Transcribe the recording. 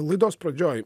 laidos pradžioj